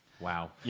Wow